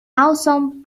awesome